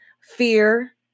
Fear